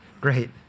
Great